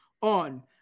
on